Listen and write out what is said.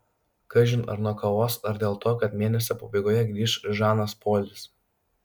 kažin ar nuo kavos ar dėl to kad mėnesio pabaigoje grįš žanas polis